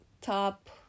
top